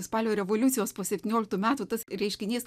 spalio revoliucijos po septynioliktų metų tas reiškinys